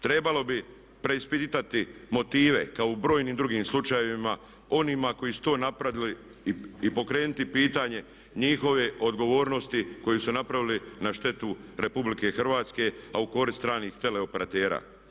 Trebalo bi preispitati motive kao u brojnim drugim slučajevima onima koji su to napravili i pokrenuti pitanje njihove odgovornosti koju su napravili na štetu Republike Hrvatske a u korist stranih teleoperatera.